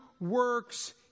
works